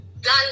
done